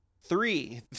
Three